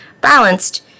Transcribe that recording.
balanced